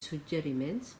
suggeriments